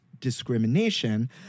discrimination